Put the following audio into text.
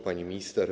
Pani Minister!